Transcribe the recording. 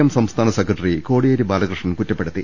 M സംസ്ഥാന secretary Kodiyeri Balakrishnan കുറ്റപ്പെടുത്തി